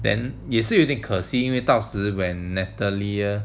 then 也是有点可惜因为到时 when nathalia